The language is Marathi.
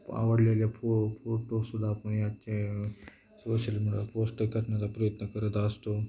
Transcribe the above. आवडलेल्या फो फोटोसुद्धा आपण या त्या सोशल मीडिया पोस्ट करण्याचा प्रयत्न करत असतो